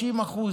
50%,